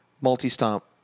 multi-stomp